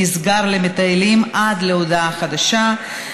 נסגר למטיילים עד להודעה חדשה,